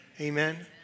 amen